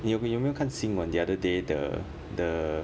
你 okay 你有没有看新闻 the other day the the